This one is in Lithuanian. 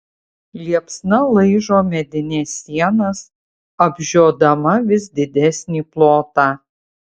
liepsna laižo medines sienas apžiodama vis didesnį plotą